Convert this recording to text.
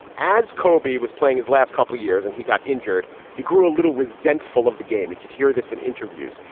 as kobe was playing his last couple years and he got injured, he grew a little resentful of the game. he could hear this in interviews.